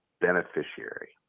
beneficiary